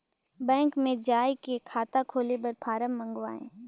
Bank मे जाय के खाता खोले बर फारम मंगाय?